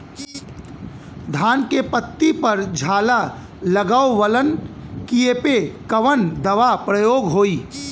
धान के पत्ती पर झाला लगववलन कियेपे कवन दवा प्रयोग होई?